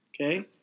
Okay